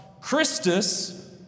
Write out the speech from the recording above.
Christus